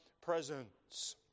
presence